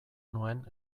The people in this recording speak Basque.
nuen